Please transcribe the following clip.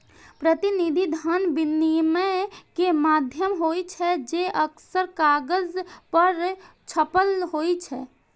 प्रतिनिधि धन विनिमय के माध्यम होइ छै, जे अक्सर कागज पर छपल होइ छै